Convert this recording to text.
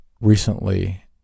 Recently